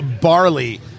barley